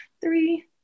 three